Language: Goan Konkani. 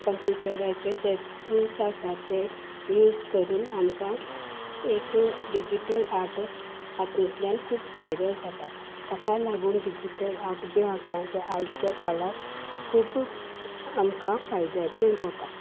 कंप्युटराचे ते टुल्स आसा ते यूज करून आमकां एक डिजीटल आर्ट हातूंतल्यान खूब फायदो जाता ताका लागून डिजीटल आर्ट जें आसा तें आयच्या काळांत खूब आमकां फायद्याचें जाता